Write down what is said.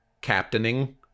captaining